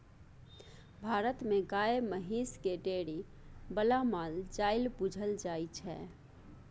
भारत मे गाए महिष केँ डेयरी बला माल जाल बुझल जाइ छै